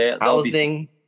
Housing